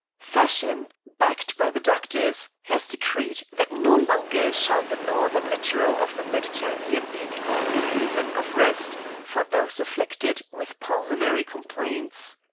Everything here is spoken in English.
fashion, backed by the doctors, has decreed that no longer shall the northern littoral of the mediterranean be the only haven of rest for those afflicted with pulmonary complaints.